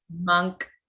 Monk